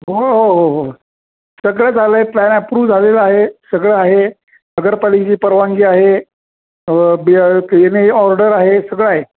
हो हो हो हो सगळं झालं आहे प्लॅन अप्रूव्ह झालेलं आहे सगळं आहे नगरपालिकेची परवानगी आहे ब येणे ऑर्डर आहे सगळं आहे